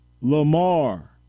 Lamar